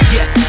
Yes